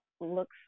looks